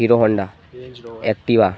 Hero Honda Activa